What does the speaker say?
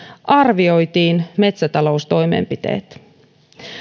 arvioitiin metsätaloustoimenpiteet